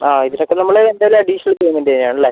ആ ഇതിനൊക്കെ നമ്മൾ എന്തായാലും അഡിഷണൽ പേയ്മെന്റ് ചെയ്യണമല്ലേ